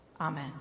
amen